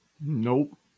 Nope